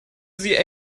sie